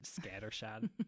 Scattershot